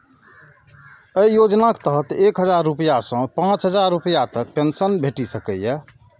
अय योजनाक तहत एक हजार रुपैया सं पांच हजार रुपैया तक पेंशन भेटि सकैए